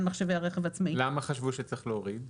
למה חשבו שצריך להוריד?